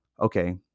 Okay